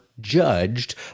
judged